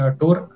tour